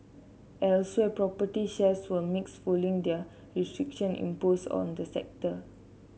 elsewhere property shares were mixed following new restriction imposed on the sector